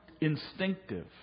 instinctive